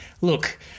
look